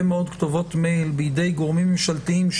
מאוד כתובות מייל בידי גורמים ממשלתיים,